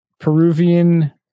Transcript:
Peruvian